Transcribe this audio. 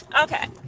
okay